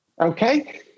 Okay